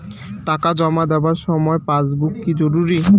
টাকা জমা দেবার সময় পাসবুক কি জরুরি?